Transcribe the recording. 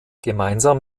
gemeinsam